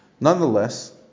Nonetheless